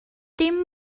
dim